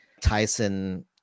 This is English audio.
Tyson